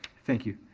thank you.